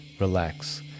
relax